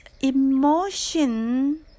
emotion